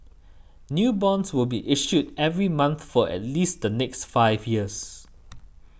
new bonds will be issued every month for at least the next five years